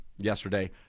yesterday